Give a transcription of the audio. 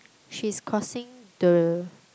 she's crossing the